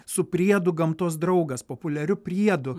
su priedu gamtos draugas populiariu priedu